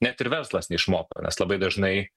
net ir verslas neišmoko nes labai dažnai